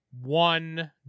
one